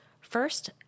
First